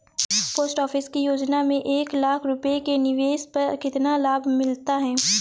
Post office की योजना में एक लाख रूपए के निवेश पर कितना लाभ मिलता है?